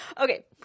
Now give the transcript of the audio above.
okay